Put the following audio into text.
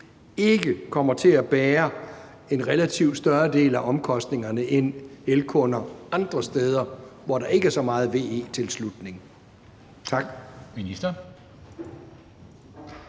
ikke kommer til at bære en relativt større del af omkostningerne end elkunder andre steder, hvor der ikke er så meget VE-tilslutning? Tak.